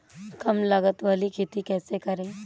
कम लागत वाली खेती कैसे करें?